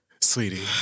Sweetie